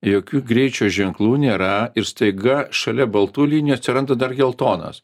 jokių greičio ženklų nėra ir staiga šalia baltų linijų atsiranda dar geltonos